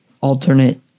alternate